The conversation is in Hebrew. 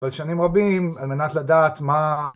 בלשנים רבים על מנת לדעת מה